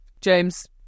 James